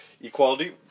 equality